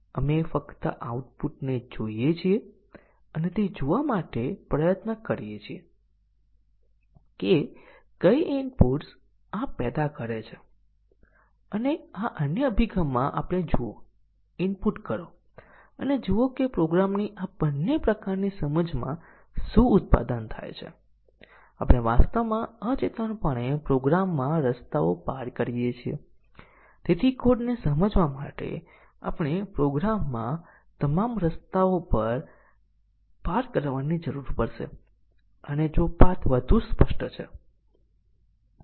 તેથી જો આપણે જાણીએ છીએ કે આ ત્રણ સ્ટેટમેન્ટ ને અનુરૂપ કંટ્રોલ ફ્લો કેવી રીતે ખેંચવો તો આપણે કોઈપણ પ્રોગ્રામ માટે કંટ્રોલ પ્રવાહને ખૂબ જ સરળતાથી દોરી શકીએ કારણ કે તે બધા આ ત્રણ બેઝીક પ્રકારના સ્ટેટમેન્ટ થી બનેલા છે અને તેથી આપણે ફક્ત તપાસ કરવાની જરૂર છે કે આપણે આ ત્રણ પ્રકારના સ્ટેટમેન્ટ માટે કંટ્રોલ ફલોની ધાર કેવી રીતે દોરીએ છીએ